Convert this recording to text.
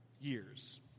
years